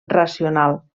racional